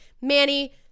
Manny